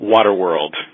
Waterworld